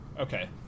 Okay